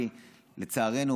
כי לצערנו,